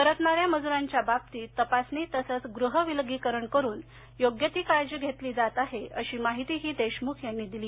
परतणाऱ्या मजूरांच्या बाबतीत तपासणी तसंच गृह विलगीकरण करून योग्य ती काळजी घेतली जात आहे अशी माहितीही देशमुख यांनी दिली